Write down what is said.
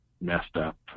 messed-up